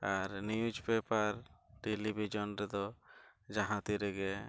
ᱟᱨ ᱨᱮᱫᱚ ᱡᱟᱦᱟᱸᱛᱤᱱ ᱨᱮᱜᱮ